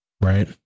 right